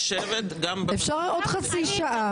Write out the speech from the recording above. אפשר עוד חצי שעה.